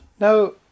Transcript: Now